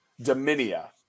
Dominia